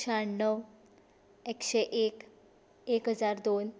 शाण्णव एकशें एक एक हजार दोन